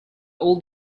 old